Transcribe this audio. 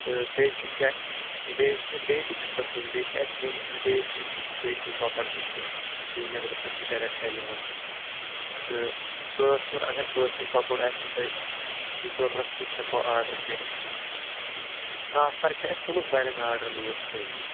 تہٕ بیٚیہِ چھِِ کیٛاہ چھِ بیٚیہِ چھِ بیٚیہِ تہِ چھِ قٕسم بیٚیہِ چھِ اَسہِ یِم دیسی تہِ چھِ دیسی کۄکر تہِ چھِ یِم نیبرٕ پٮ۪ٹھٕ چھِ ڈیریکٹے یِوان تہٕ کٲشُر اگر کٲشُر کۄکُر آسوٕ تۄہہِ ضروٗرت سُہ تہِ ہیٚکِو آرڈر کٔرِتھ تہٕ آفَر چھِ اَسہِ تھاومٕژ بَڈٮ۪ن آرڈرَنٕے یوت خالٕے